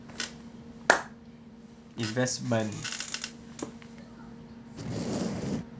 investment